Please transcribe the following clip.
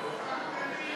(קוראת בשמות